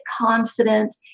confident